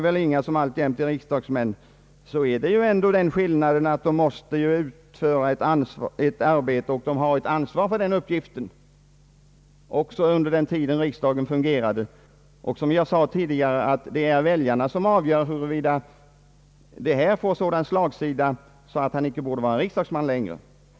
Men den som har en tjänst och tar fritt från den, har inget motsvarande ansvar och utför heller inget arbete.